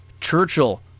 Churchill